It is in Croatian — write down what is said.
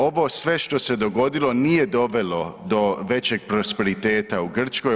Ovo sve što se dogodilo nije dovelo do većeg prosperiteta u Grčkoj.